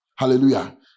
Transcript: Hallelujah